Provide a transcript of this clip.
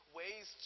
ways